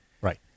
Right